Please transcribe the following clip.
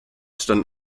stand